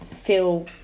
feel